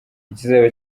ikizaba